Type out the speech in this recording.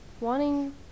wanting